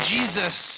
Jesus